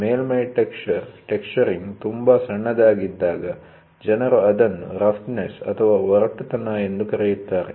ಮೇಲ್ಮೈ texture texturing ತುಂಬಾ ಚಿಕ್ಕದಾಗಿದ್ದಾಗ ಜನರು ಇದನ್ನು ರಫ್ನೆಸ್ಒರಟುತನ ಎಂದು ಕರೆಯುತ್ತಾರೆ